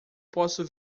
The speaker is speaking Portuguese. posso